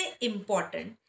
important